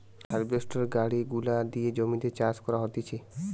harvester গাড়ি গুলা দিয়ে জমিতে চাষ করা হতিছে